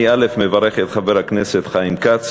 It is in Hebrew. אני מברך את חבר הכנסת חיים כץ.